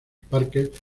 parques